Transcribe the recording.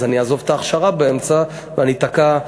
אז אני אעזוב את ההכשרה באמצע ואני אתָקע.